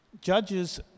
Judges